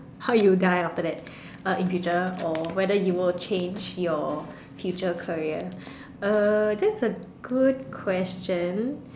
how would you die after that uh in future or whether you will change your future career uh that's a good question